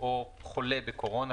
או שהוא חולה בקורונה,